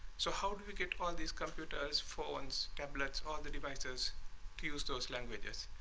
so how do we get all these computers for one's tablets on the devices to use those languages?